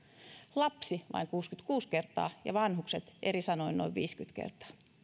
lapsi vain kuusikymmentäkuusi kertaa ja vanhukset eri sanoin noin viisikymmentä kertaa